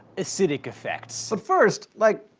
acidic effects. but first, like,